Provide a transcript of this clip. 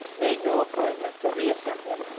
made no appointment for reassembling,